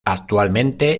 actualmente